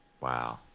Wow